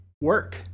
work